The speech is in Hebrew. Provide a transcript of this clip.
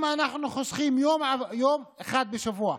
אם אנחנו חוסכים יום אחד בשבוע,